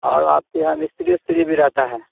اور آپ کے یہاں مستری استری بھی رہتا ہے